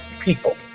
people